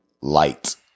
light